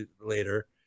later